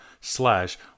slash